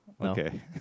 Okay